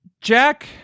Jack